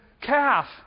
calf